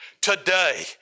Today